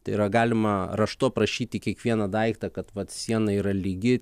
tai yra galima raštu aprašyti kiekvieną daiktą kad vat siena yra lygi